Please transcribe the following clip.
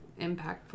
impactful